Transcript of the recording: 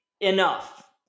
Enough